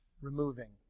Removing